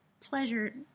pleasure